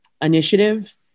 initiative